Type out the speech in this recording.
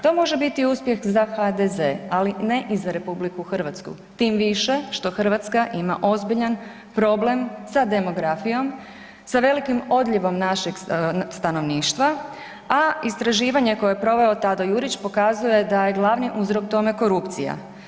To može biti uspjeh za HDZ, ali ne i za RH, tim više što RH ima ozbiljan problem sa demografijom, sa velikim odljevom našeg stanovništva, a istraživanje koje je proveo Tado Jurić pokazuje da je glavni uzrok tome korupcija.